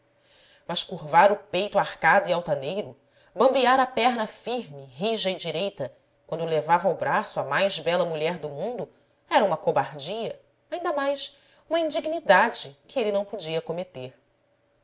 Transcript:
mas curvar o peito arcado e altaneiro bambear a perna firme rija e direita quando levava ao braço a mais bela mulher do mundo era uma cobardia ainda mais uma indignidade que ele não podia cometer